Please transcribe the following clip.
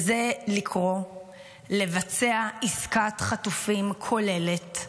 וזה לקרוא לבצע עסקת חטופים כוללת.